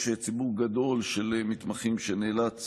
יש ציבור גדול של מתמחים שנאלץ